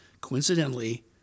coincidentally